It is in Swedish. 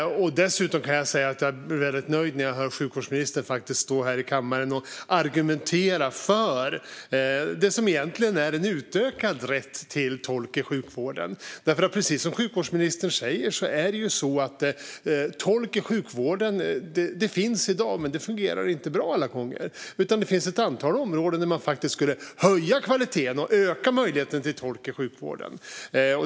Jag blir dessutom nöjd när jag hör sjukvårdsministern argumentera här i kammaren för det som egentligen är en utökad rätt till tolk i sjukvården. Precis som sjukvårdsministern säger finns tolk i sjukvården i dag, men det fungerar inte bra alla gånger. Det finns ett antal områden där man faktiskt skulle behöva höja kvaliteten och öka möjligheten till tolk i sjukvården.